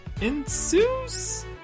ensues